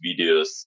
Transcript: videos